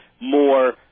more